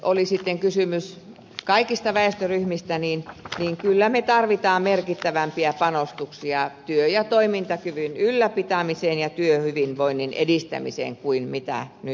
oli sitten kysymys kaikista väestöryhmistä niin kyllä me tarvitsemme merkittävämpiä panostuksia työ ja toimintakyvyn ylläpitämiseen ja työhyvinvoinnin edistämiseen kuin nyt on tehty